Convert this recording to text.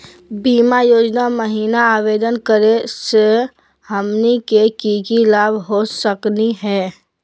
बीमा योजना महिना आवेदन करै स हमनी के की की लाभ हो सकनी हे?